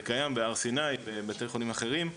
זה קיים בהר סיני ובבתי חולים אחרים,